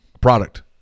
product